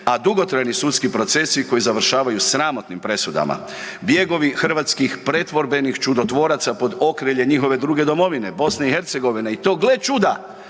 a dugotrajni sudski procesi koji završavaju sramotnim presudama, bjegovi hrvatskih pretvorbenih čudotvoraca pod okriljem njihove druge domovine, BiH i to gle čuda,